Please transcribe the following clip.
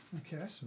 okay